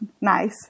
nice